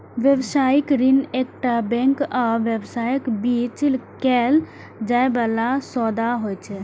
व्यावसायिक ऋण एकटा बैंक आ व्यवसायक बीच कैल जाइ बला सौदा होइ छै